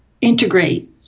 integrate